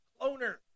Cloner